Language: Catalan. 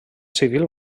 civil